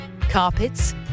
carpets